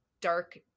dark